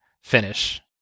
finish